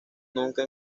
nunca